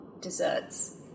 desserts